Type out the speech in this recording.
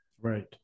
Right